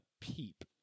peep